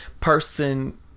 person